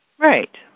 Right